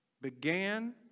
began